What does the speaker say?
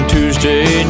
Tuesday